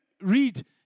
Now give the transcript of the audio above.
read